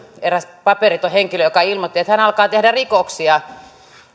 eräs paperiton henkilö joka ilmoitti että hän alkaa tehdä rikoksia